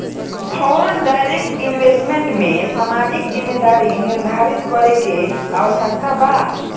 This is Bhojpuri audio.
फॉरेन डायरेक्ट इन्वेस्टमेंट में सामाजिक जिम्मेदारी निरधारित करे के आवस्यकता बा